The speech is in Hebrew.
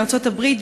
ארצות-הברית,